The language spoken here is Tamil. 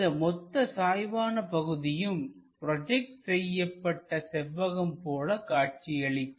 இந்த மொத்த சாய்வான பகுதியும் ப்ரோஜெக்ட் செய்யப்பட்ட செவ்வகம் போல் காட்சியளிக்கும்